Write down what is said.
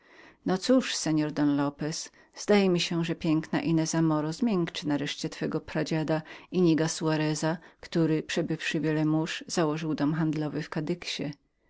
no cóż seor don lopez zdaje mi się że piękna ineza moro zmiękczy nareszcie twego pradziada inniga soareza który przebywszy wiele mórz założył dom handlowy w